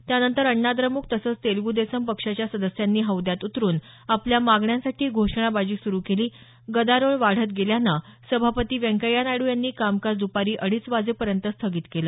त्यानंतर अण्णाद्रमुक तसंच तेलगूदेशम पक्षाच्या सदस्यांनी हौद्यात उतरून आपल्या मागण्यांसाठी घोषणाबाजी सुरू केली गदारोळ वाढत गेल्यानं सभापती व्यंकय्या नायडू यांनी कामकाज दपारी अडीच वाजेपर्यंत स्थगित केलं